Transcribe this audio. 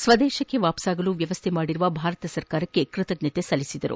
ಸ್ವದೇಶಕ್ಷೆ ಹಿಂದಿರುಗಲು ವ್ಚವಸ್ಥೆ ಮಾಡಿರುವ ಭಾರತ ಸರ್ಕಾರಕ್ಷೆ ಕೃತಜ್ಞತೆ ಸಲ್ಲಿಸಿದರು